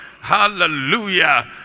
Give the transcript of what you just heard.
Hallelujah